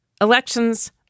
elections